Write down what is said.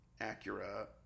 Acura